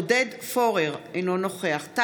אינו נוכח עודד פורר,